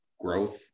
growth